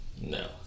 No